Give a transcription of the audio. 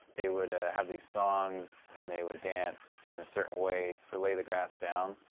they would have these songs and they would dance in a certain way to lay the grass down.